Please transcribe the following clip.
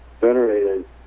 generated